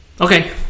Okay